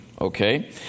okay